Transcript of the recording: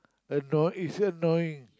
and no it's very annoying